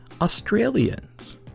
Australians